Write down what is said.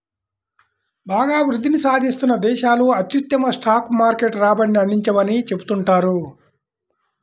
బాగా వృద్ధిని సాధిస్తున్న దేశాలు అత్యుత్తమ స్టాక్ మార్కెట్ రాబడిని అందించవని చెబుతుంటారు